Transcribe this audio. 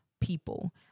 people